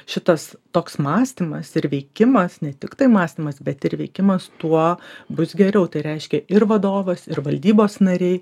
šitas toks mąstymas ir veikimas ne tiktai mąstymas bet ir veikimas tuo bus geriau tai reiškia ir vadovas ir valdybos nariai